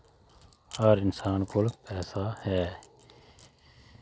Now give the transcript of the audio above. हर इन्सान कोल पैसा ऐ